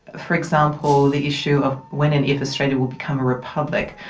for example, the issue of when and if australia will become a republic,